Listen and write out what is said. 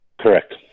Correct